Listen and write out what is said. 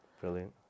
Brilliant